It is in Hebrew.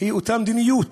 היא אותה המדיניות.